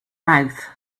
mouth